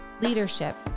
Leadership